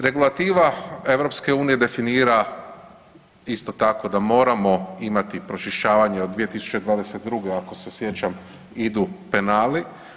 Regulativa EU definira isto tako da morao imati pročišćavanje od 2022. ako se sjećam idu penali.